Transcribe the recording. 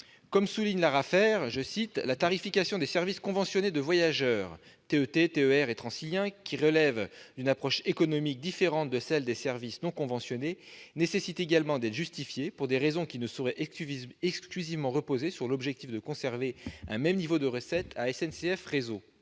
Comme le souligne l'ARAFER, « la tarification des services conventionnés de voyageurs- TET, TER et Transilien -, qui relève d'une approche économique différente de celle des services non conventionnés, nécessite également d'être justifiée, pour des raisons qui ne sauraient exclusivement reposer sur l'objectif de conserver un même niveau de recettes à SNCF Réseau.